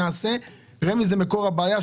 רמ"י זה מקור הבעיה,